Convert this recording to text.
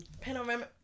Panorama